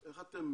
איך אתם